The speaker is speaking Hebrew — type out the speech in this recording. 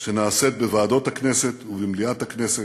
שנעשית בוועדות הכנסת ובמליאת הכנסת,